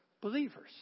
believers